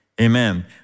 Amen